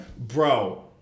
Bro